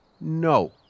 No